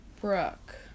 Brooke